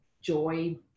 joy